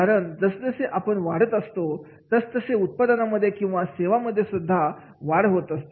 कारण जसजसे आपण वाढत असतो तसे आपल्या उत्पादनामध्ये किंवा सेवेमध्ये सुद्धा वाढ होत असते